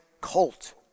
colt